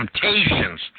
Temptations